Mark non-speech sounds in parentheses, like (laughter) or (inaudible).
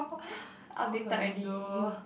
(laughs) outdated already